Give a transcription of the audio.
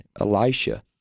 Elisha